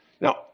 Now